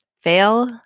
fail